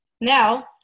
now